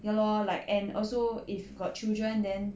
ya lor like and also if got children then